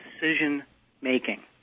decision-making